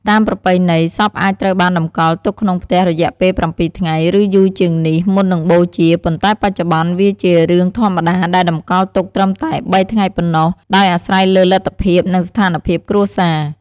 តាមប្រពៃណី សពអាចត្រូវបានតម្កល់ទុកក្នុងផ្ទះរយៈពេល ៧ថ្ងៃ ឬយូរជាងនេះ មុននឹងបូជា ប៉ុន្តែបច្ចុប្បន្ន វាជារឿងធម្មតាដែលតម្កល់ទុកត្រឹមតែ ៣ថ្ងៃប៉ុណ្ណោះ ដោយអាស្រ័យលើលទ្ធភាព និងស្ថានភាពគ្រួសារ។